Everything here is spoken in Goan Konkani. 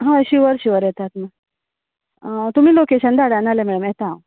हय शुवर शुवर येता तुमी लोकेशन धाडा नाल्यार मॅम येता हांव